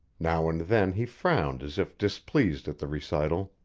now and then he frowned as if displeased at the recital.